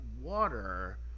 water